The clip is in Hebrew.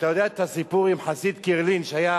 אתה יודע את הסיפור עם חסיד קרלין שהיה